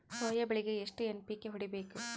Soya ಬೆಳಿಗಿ ಎಷ್ಟು NPK ಹೊಡಿಬೇಕು?